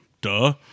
duh